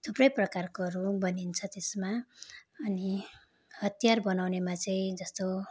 थुप्रै प्रकारकोहरू बनिन्छ त्यसमा अनि हतियार बनाउनेमा चाहिँ जस्तो